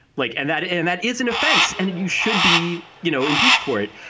like and that. and that is an offense. and and you should be, you know, impeached for it.